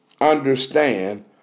understand